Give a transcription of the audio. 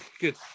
good